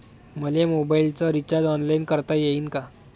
मले मोबाईलच recharge online करता येईन का?